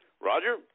Roger